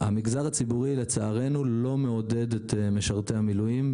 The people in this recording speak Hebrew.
המגזר הציבורי לצערנו לא מעודד את משרתי המילואים,